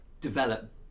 develop